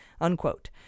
unquote